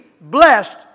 blessed